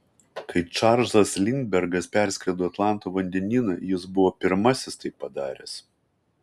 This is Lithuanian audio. kai čarlzas lindbergas perskrido atlanto vandenyną jis buvo pirmasis tai padaręs